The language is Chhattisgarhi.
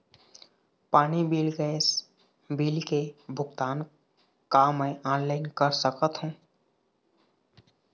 पानी बिल गैस बिल के भुगतान का मैं ऑनलाइन करा सकथों?